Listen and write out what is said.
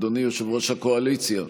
אדוני יושב-ראש הקואליציה,